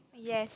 yes